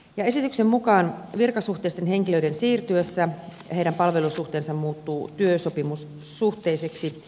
esityksen mukaan virkasuhteisten henkilöiden siirtyessä heidän palvelusuhteensa muuttuu työsopimussuhteiseksi